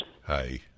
Hi